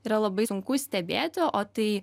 yra labai sunku stebėti o tai